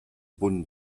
punt